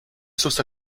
estos